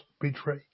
betray